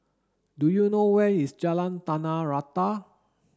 do you know where is Jalan Tanah Rata